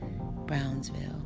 Brownsville